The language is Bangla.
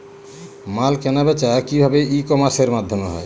মাল কেনাবেচা কি ভাবে ই কমার্সের মাধ্যমে হয়?